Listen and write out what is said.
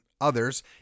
others